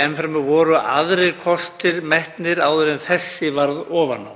Enn fremur: Voru aðrir kostir metnir áður en þessi varð ofan á?